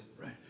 right